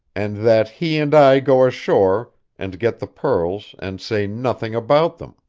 and that he and i go ashore and get the pearls and say nothing about them.